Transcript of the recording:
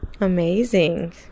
Amazing